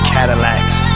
Cadillacs